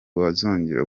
bazongera